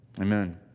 Amen